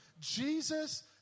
Jesus